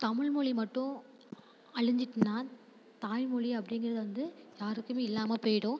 தமிழ் மொழி மட்டும் அழிஞ்சிட்டுனா தாய் மொழி அப்படிங்கிறது வந்து யாருக்கும் இல்லாமல் போய்டும்